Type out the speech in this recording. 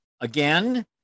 again